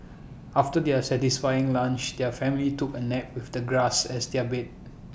after their satisfying lunch their family took A nap with the grass as their bed